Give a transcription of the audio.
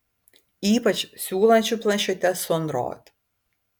ypač siūlančių planšetes su android